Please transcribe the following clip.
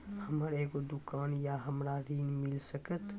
हमर एगो दुकान या हमरा ऋण मिल सकत?